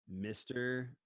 mr